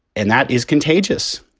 and that is contagious.